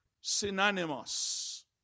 synonymous